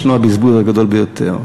ישנו הבזבוז הגדול ביותר,